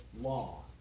Law